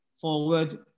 forward